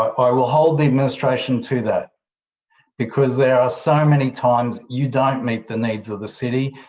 i will hold the administration to that because there are so many times you don't meet the needs of the city.